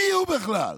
מיהו בכלל?